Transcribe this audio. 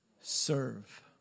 serve